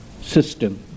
system